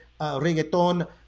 reggaeton